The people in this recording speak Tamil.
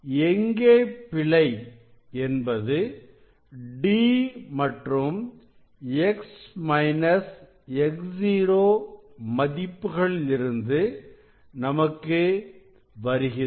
எங்கே பிழை என்பது D மற்றும் X X0 மதிப்புகளில் இருந்து நமக்கு வருகிறது